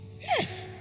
Yes